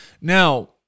Now